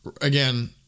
again